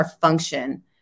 function